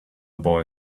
boy